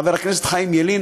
חבר הכנסת חיים ילין,